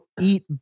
eat